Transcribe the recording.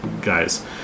guys